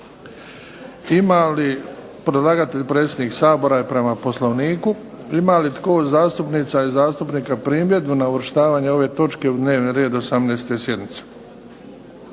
Ima li predlagatelj, predsjednik Sabora je prema Poslovniku. Ima li tko od zastupnica i zastupnika primjedbu na uvrštavanje ove točke u dnevni red 18. sjednice?